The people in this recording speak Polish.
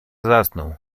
zasnął